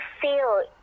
feel